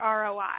ROI